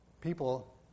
People